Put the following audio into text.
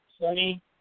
sunny